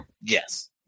Yes